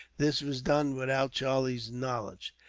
this was done without charlie's knowledge,